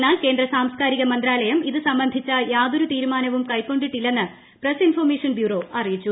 എന്നാൽ സാസംസ്കാരിക മന്ത്രാലയം ഇത് സംബന്ധിച്ച യാതൊരു തീരുമാനവും കൈക്കൊണ്ടിട്ടില്ലെന്ന് പ്രസ് ഇന്ഫർമേഷൻ ബ്യൂറോ അറിയിച്ചു